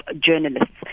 journalists